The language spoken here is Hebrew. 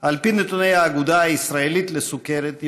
על פי נתוני האגודה הישראלית לסוכרת,